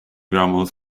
grammar